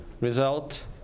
Result